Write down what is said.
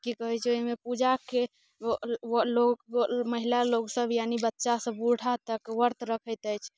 की कहैत छै ओहिमे पूजाके लोग महिला लोग सब यानि बच्चा से बूढ़ा तक व्रत रखैत अछि